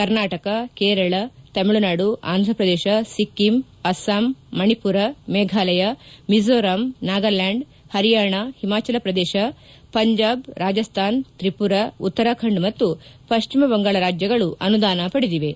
ಕರ್ನಾಟಕ ಕೇರಳ ತಮಿಳುನಾಡು ಆಂಧಪ್ರದೇಶ ಸಿಕ್ಕಿಂ ಅಸ್ಸಾಂ ಮಣಿಪುರ ಮೇಘಾಲಯ ಮಿಝೋರಾಂ ನಾಗಲ್ಕಾಂಡ್ ಹರಿಯಾಣ ಹಿಮಾಚಲಪ್ರದೇಶ ಪಂಜಾಬ್ ರಾಜಸ್ತಾನ್ ತ್ರಿಪುರಾ ಉತ್ತರಾಖಂಡ್ ಮತ್ತು ಪಶ್ಚಿಮಬಂಗಾಳ ರಾಜ್ಯಗಳು ಅನುದಾನ ಪಡೆದಿವೆ